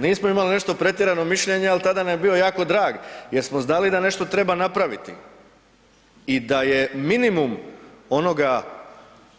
Nismo imali nešto pretjerano mišljenje, ali tada nam je bio jako drag jer smo znali da nešto treba napraviti i da je minimum onoga